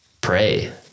pray